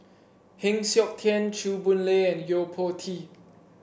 Heng Siok Tian Chew Boon Lay and Yo Po Tee